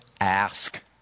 ask